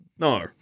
No